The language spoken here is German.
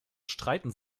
streiten